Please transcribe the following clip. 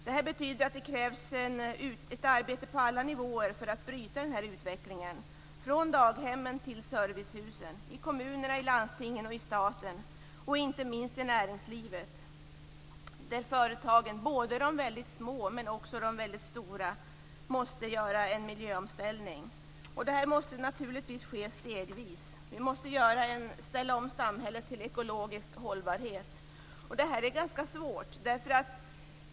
Detta betyder att det krävs ett arbete på alla nivåer för att bryta utvecklingen, från daghemmen till servicehusen, i kommunerna, landstingen och staten, och inte minst i näringslivet. Både de små och de stora företagen måste göra en miljöomställning. Det måste ske stegvis. Samhället måste ställas om till att bli ekologiskt hållbart. Detta är svårt.